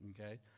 Okay